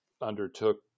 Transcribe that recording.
undertook